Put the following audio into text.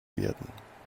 werden